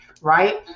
right